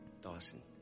Dawson